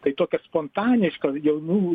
tai tokia spontaniška jaunų